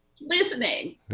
listening